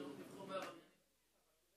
הוא מעל החוק.